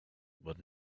but